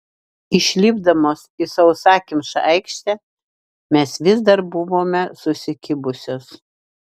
išlipdamos į sausakimšą aikštę mes vis dar buvome susikibusios